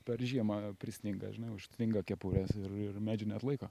per žiemą prisninga žinai užsninga kepures ir ir medžiai neatlaiko